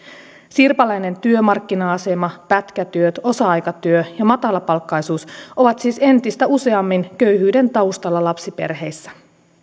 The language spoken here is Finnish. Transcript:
sirpaleinen työmarkkina asema pätkätyö osa aikatyö ja matalapalkkaisuus ovat siis entistä useammin köyhyyden taustalla lapsiperheissä